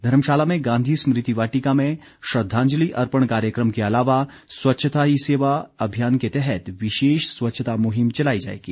धर्मशाला में गांधी स्मृति वाटिका में श्रद्वांजलि अर्पण कार्यक्रम के अलावा स्वच्छता ही सेवा अभियान के तहत विशेष स्वच्छता मुहिम चलाई जाएगी